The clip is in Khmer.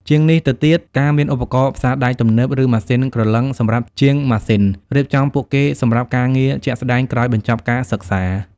ជាងនេះទៅទៀត ការមានឧបករណ៍ផ្សារដែកទំនើប ឬម៉ាស៊ីនក្រឡឹងសម្រាប់ជាងម៉ាស៊ីន រៀបចំពួកគេសម្រាប់ការងារជាក់ស្តែងក្រោយបញ្ចប់ការសិក្សា។